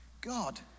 God